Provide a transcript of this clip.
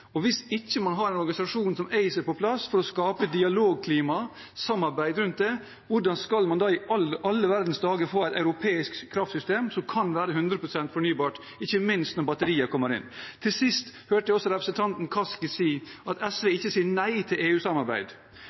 innfasing-av-fornybar-mål. Hvis man ikke har en organisasjon som ACER på plass for å skape et dialogklima, et samarbeid rundt det, hvordan i all verden skal man da få et europeisk kraftsystem som kan være hundre prosent fornybart, ikke minst når batteriet kommer inn? Til sist: Jeg hørte representanten Kaski si at SV ikke sier nei til